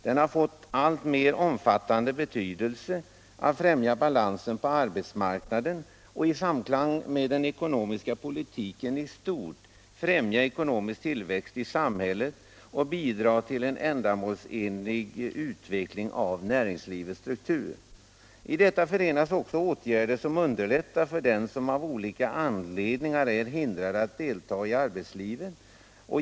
Den har fått en alltmer omfattande betydelse för att främja balansen på arbetsmarknaden och i samklang med den ekonomiska politiken i stort också främja ekonomisk tillväxt i samhället och bidra till en ändamålsenlig utveckling av näringslivets struktur. I detta förenas också åtgärder som underlättar för dem som av olika anledningar är hindrade att delta i arbetslivet.